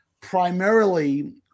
primarily